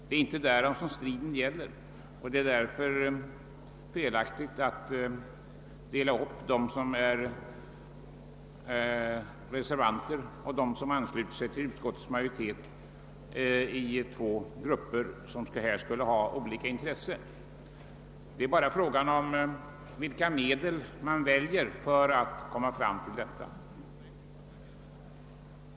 Därvidlag råder alltså ingen strid, och det är därför felaktigt att göra en uppdelning av reservanterna och utskottsmajoriteten i två grupper som skulle ha olika intressen. Det är bara fråga om vilka medel som skall väljas.